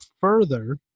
further